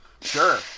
Sure